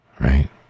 right